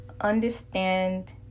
understand